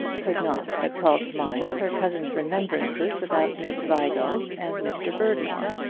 could not but call to mind her cousin's remembrances about miss vigo and mr. berdmore.